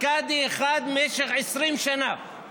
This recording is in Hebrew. קאדי אחד משך 20 שנה,